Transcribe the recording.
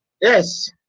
Yes